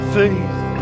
faith